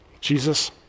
Jesus